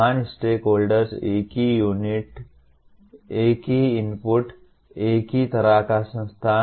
समान स्टेकहोल्डर्स एक ही इनपुट एक ही तरह का संस्थान